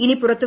ഇനി പുറത്തു